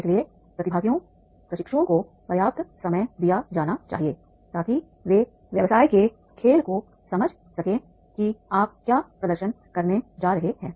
इसलिए प्रतिभागियों प्रशिक्षुओं को पर्याप्त समय दिया जाना चाहिए ताकि वे व्यवसाय के खेल को समझ सकें कि आप क्या प्रदर्शन करने जा रहे हैं